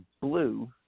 blue